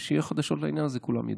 וכשיהיו חדשות בעניין הזה כולם ידעו.